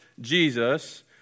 Jesus